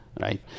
right